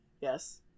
Yes